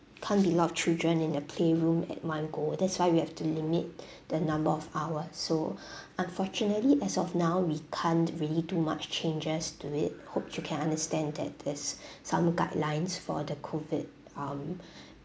can't be a lot of children in the playroom at one go that's why we have to limit the number of hours so unfortunately as of now we can't really do much changes to it hope you can understand that there's some guidelines for the COVID um